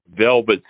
velvet